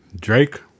Drake